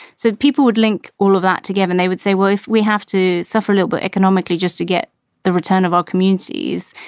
so people would link all of that together and they would say, well, if we have to suffer a little bit economically just to get the return of our communities,